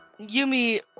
Yumi